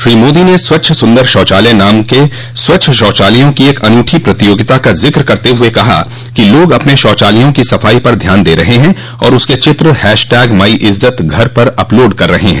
श्री मोदी ने स्वच्छ सुंदर शौचालय नाम के स्वच्छ शौचालयों की एक अनूठी प्रतियोगिता का जिक्र करते हुए कहा कि लोग अपने शौचालयों की सफाई पर ध्यान दे रहे हैं और उसके चित्र हैशटैग माई इज्जत घर पर अपलोड कर रहे हैं